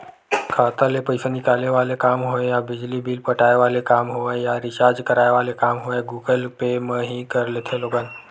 खाता ले पइसा निकाले वाले काम होय या बिजली बिल पटाय वाले काम होवय या रिचार्ज कराय वाले काम होवय गुगल पे म ही कर लेथे लोगन